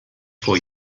for